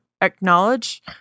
Acknowledge